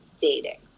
dating